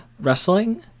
wrestling